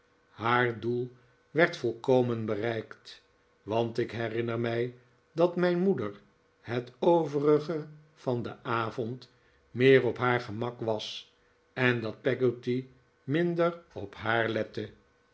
haar doel werd volkomen bereikt want ik herinner mij dat mijn moeder het overige van den avond meer op haar gemak was en dat peggotty minder op haar lette